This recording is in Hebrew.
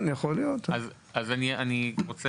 אני רוצה